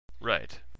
Right